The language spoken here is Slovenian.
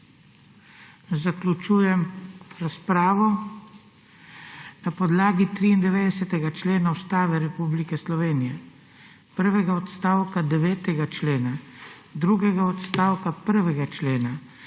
Zaključujem razpravo. Na podlagi 93. člena Ustave Republike Slovenije, prvega odstavka 9. člena, drugega odstavka 1. člena